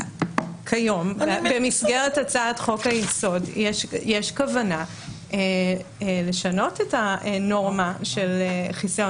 כיום במסגרת הצעת חוק היסוד יש כוונה לשנות את הנורמה של חיסיון